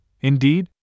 Indeed